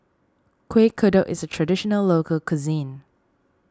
Kuih Kodok is a Traditional Local Cuisine